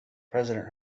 president